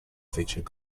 feature